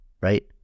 right